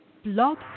blog